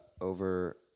over